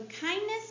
kindness